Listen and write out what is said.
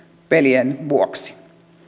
pelien vuoksi